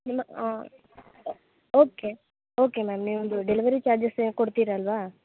ನಿಮ್ಮ okay okay ma'am ನಿಮ್ದು delivery charges ಕೊಡ್ತಿರಲ್ವಾ